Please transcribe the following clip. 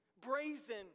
Brazen